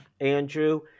Andrew